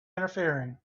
interfering